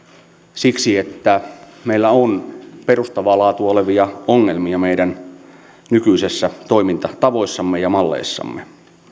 siksi että meillä on perustavaa laatua olevia ongelmia meidän nykyisissä toimintatavoissamme ja malleissamme